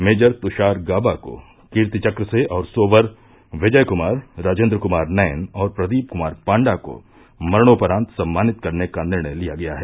major Tushar Gaba को कीर्ति चक्र से और सोवर विजय कुमार राजेन्द्र कुमार नैन और प्रदीप कुमार पांडा को मरणोपरांत सम्मानित करने का निर्णय लिया गया है